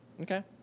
Okay